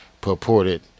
purported